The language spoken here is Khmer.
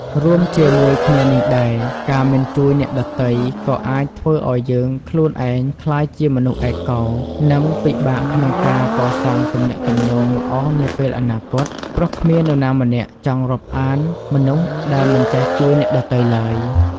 រួមជាមួយគ្នានេះដែរ ការមិនជួយអ្នកដទៃ ក៏អាចធ្វើឲ្យយើងខ្លួនឯងក្លាយជាមនុស្សឯកោ និងពិបាកក្នុងការកសាងទំនាក់ទំនងល្អនាពេលអនាគត ព្រោះគ្មាននរណាម្នាក់ចង់រាប់អានមនុស្សដែលមិនចេះជួយអ្នកដទៃឡើយ។